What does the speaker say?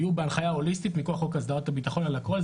יהיו בהנחיה הוליסטית מכוח חוק הסדרת הביטחון על הכול.